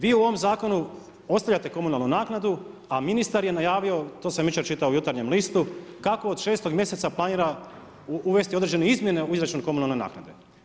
Vi u ovom zakonu, ostavljate komunalnu naknadu, a ministar je najavio, to sam jučer čitao u Jutarnjem listu, kako od 6 mjeseca planira uvesti određene izmjene u izračun komunalne naknade.